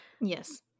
Yes